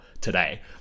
today